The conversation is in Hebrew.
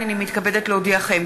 הנני מתכבדת להודיעכם,